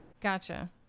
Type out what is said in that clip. Gotcha